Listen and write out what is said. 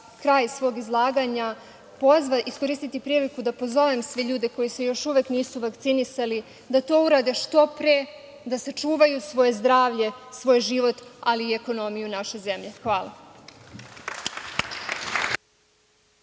kraj svog izlaganja iskoristiti priliku da pozovem sve ljude koji se još uvek nisu vakcinisali da to urade što pre, da sačuvaju svoje zdravlje, svoj život, ali i ekonomiju naše zemlje. Hvala.